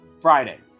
Friday